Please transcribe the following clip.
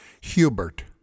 Hubert